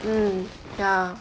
mm ya